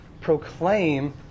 proclaim